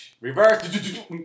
Reverse